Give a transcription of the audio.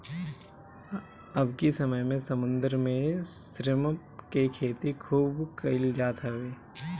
अबकी समय में समुंदर में श्रिम्प के खेती खूब कईल जात हवे